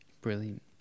Brilliant